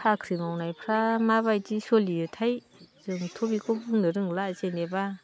साख्रि मावनायफ्रा माबायदि सलियोथाय जोंथ' बेखौ बुंनो रोंला जेनेबा